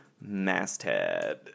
masthead